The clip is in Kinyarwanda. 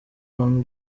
van